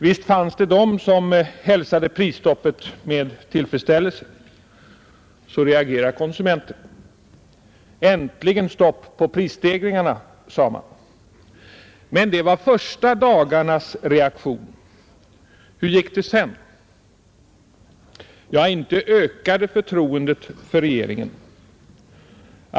Visst fanns det de som hälsade prisstoppet med tillfredsställelse. Så reagerar konsumenterna. Äntligen stopp på prisstegringarna, sade man. Men det var de första dagarnas reaktion. Hur gick det sedan? Ja, inte ökade förtroendet för regeringen.